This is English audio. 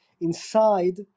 inside